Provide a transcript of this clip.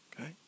okay